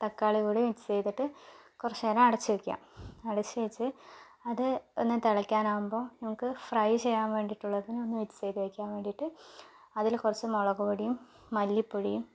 തക്കാളി കൂടി മിക്സ് ചെയ്തിട്ട് കുറച്ച് നേരം അടച്ച് വയ്ക്കുക അടച്ച് വച്ച് അത് ഒന്ന് തിളയ്ക്കാൻ ആകുമ്പോൾ നമുക്ക് ഫ്രൈ ചെയ്യാൻ വേണ്ടിയിട്ടുള്ളത് ഒന്ന് മിക്സ് വയ്ക്കാൻ വേണ്ടിയിട്ട് അതില് കുറച്ച് മുളക് പൊടിയും മല്ലിപ്പൊടിയും